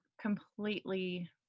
completely